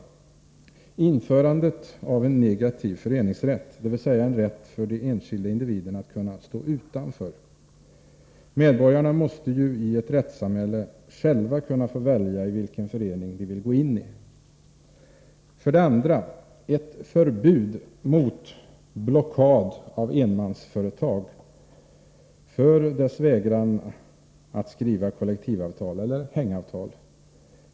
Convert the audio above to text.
Införandet av en negativ föreningsrätt, dvs. en rätt för de enskilda individerna att kunna stå utanför. Medborgarna måste ju i ett rättssamhälle själva kunna få välja vilken förening de vill gå in i. 2. Ett förbud mot blockad av enmansföretag för vägran att skriva kollektivavtal eller hängavtal.